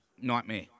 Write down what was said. nightmare